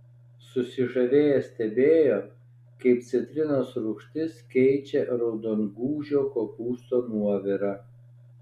susižavėję stebėjo kaip citrinos rūgštis keičia raudongūžio kopūsto nuovirą